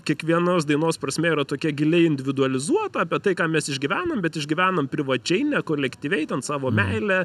kiekvienos dainos prasmė yra tokia giliai individualizuota apie tai ką mes išgyvenam bet išgyvenam privačiai ne kolektyviai ten savo meilę